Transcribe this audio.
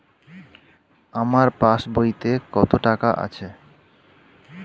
আমার পাস বইতে কত টাকা আছে?